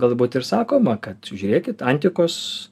galbūt ir sakoma kad žiūrėkit antikos